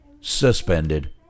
suspended